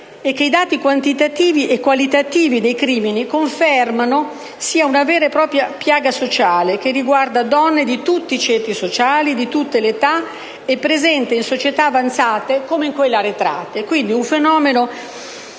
e che i dati quantitativi e qualitativi dei crimini confermano che si tratta di una vera e propria piaga sociale che riguarda donne di tutti i ceti sociali, di tutte le età ed è presente nelle società avanzate come in quelle arretrate.